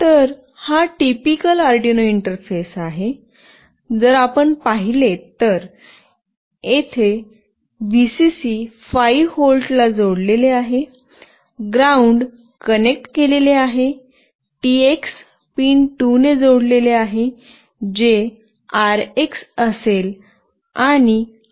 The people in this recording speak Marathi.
तर हा टिपिकल अर्डिनो इंटरफेस आहे जर आपण पाहिले तर जेथे व्हीसीसी 5 व्होल्टला जोडलेले आहे ग्राउंड कनेक्ट केलेले आहे टीएक्स पिन 2 ने जोडलेले आहे जे आरएक्स असेल